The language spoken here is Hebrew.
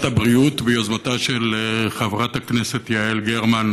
הבריאות ביוזמתה של חברת הכנסת יעל גרמן,